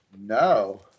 No